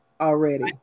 Already